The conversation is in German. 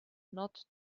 nord